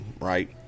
right